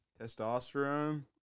Testosterone